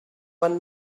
one